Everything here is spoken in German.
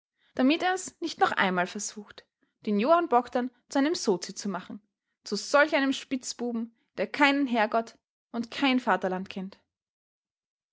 damit er's nicht noch einmal versucht den johann bogdn zu einem sozi zu machen zu solch einem spitzbuben der keinen herrgott und kein vaterland kennt